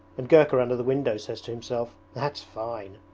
and gurka under the window says to himself, that's fine!